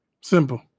Simple